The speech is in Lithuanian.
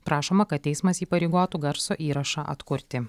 prašoma kad teismas įpareigotų garso įrašą atkurti